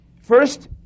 First